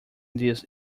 these